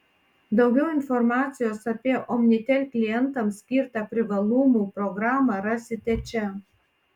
daugiau informacijos apie omnitel klientams skirtą privalumų programą rasite čia